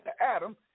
Adam